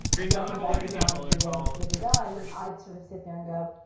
doesn't that remind you of duh-duh-duh? and i'd sort of sit there and go,